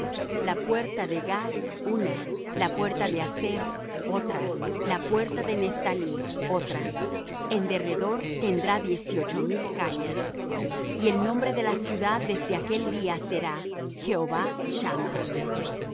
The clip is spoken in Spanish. la puerta de gad una la puerta de aser otra la puerta de nephtalí otra en derredor tendrá dieciocho mil cañas y el nombre de la ciudad desde aquel día será jehova shamma